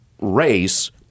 RACE